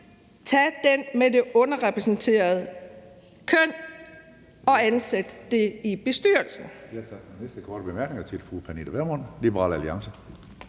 tage den med det underrepræsenterede køn og ansætte i bestyrelsen.